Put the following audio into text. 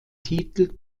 titel